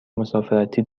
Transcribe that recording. مسافرتی